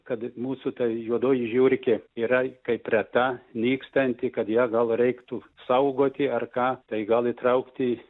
kad mūsų ta juodoji žiurkė yra kaip reta nykstanti kad ją gal reiktų saugoti ar ką tai gal įtraukti